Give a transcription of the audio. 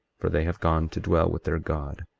for they have gone to dwell with their god.